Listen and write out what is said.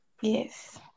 yes